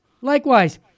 Likewise